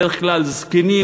בדרך כלל זקנים,